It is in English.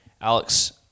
Alex